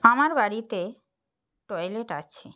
আমার বাড়িতে টয়লেট আছে